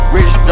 Rich